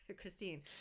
christine